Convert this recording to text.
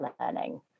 learning